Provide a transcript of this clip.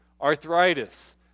arthritis